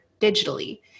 digitally